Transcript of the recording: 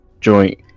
joint